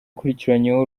ukurikiranyweho